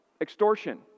extortion